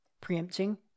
preempting